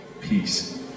peace